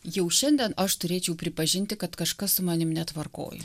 jau šiandien aš turėčiau pripažinti kad kažkas su manim netvarkoj